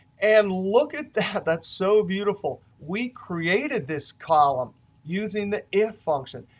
and look at that, that's so beautiful. we created this column using the if function.